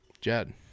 Jed